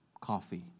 coffee